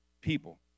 people